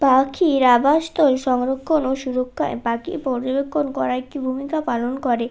পাখির আবাসস্থল সংরক্ষণ ও সুরক্ষায় পাখি পর্যবেক্ষণ করা একটি ভূমিকা পালন করে